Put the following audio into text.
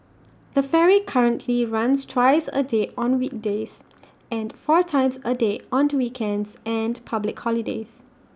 the ferry currently runs twice A day on weekdays and four times A day on to weekends and public holidays